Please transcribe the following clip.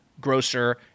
grocer